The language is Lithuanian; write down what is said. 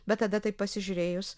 bet tada taip pasižiūrėjus